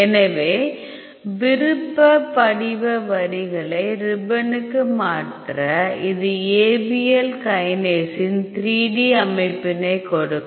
எனவே விருப்ப படிவ வரிகளை ரிப்பனுக்கு மாற்றப் இது Abl கைனேஸின் 3 D அமைப்பினை கொடுக்கும்